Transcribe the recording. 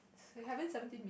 haven't seventy